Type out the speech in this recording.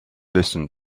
listen